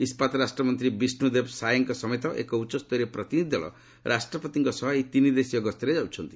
ଇସ୍କାତ୍ ରାଷ୍ଟ୍ରମନ୍ତ୍ରୀ ବିଷ୍ଣୁଦେବ ସାଏଙ୍କ ସମେତ ଏକ ଉଚ୍ଚସ୍ତରୀୟ ପରିନିଧି ଦଳ ରାଷ୍ଟ୍ରପତିଙ୍କ ସହ ଏହି ତିନି ଦେଶୀୟ ଗସ୍ତରେ ଯାଉଛନ୍ତି